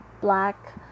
black